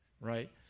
right